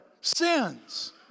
sins